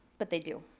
but they do.